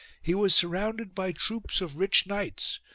he was surrounded by troops of rich knights,